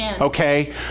okay